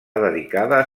dedicada